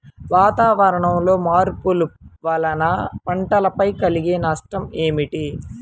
వాతావరణంలో మార్పుల వలన పంటలపై కలిగే నష్టం ఏమిటీ?